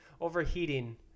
overheating